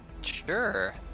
sure